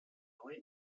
neue